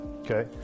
okay